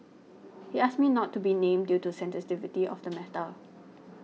he asked me not to be named due to sensitivity of the matter